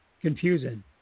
confusing